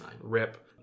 rip